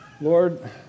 Lord